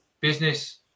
business